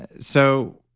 so,